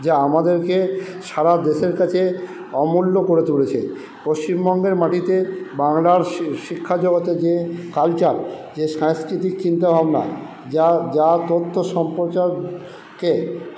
যা আমাদেরকে সারা দেশের কাছে অমূল্য করে তুলেছে পশ্চিমবঙ্গের মাটিতে বাংলার শিক্ষা জগতে যে কালচার যে সাংস্কৃতিক চিন্তা ভাবনা যা যা তথ্য় সম্প্রচারকে